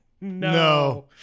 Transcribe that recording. no